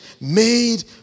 made